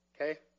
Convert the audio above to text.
Okay